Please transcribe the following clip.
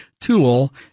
tool